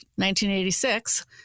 1986